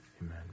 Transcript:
Amen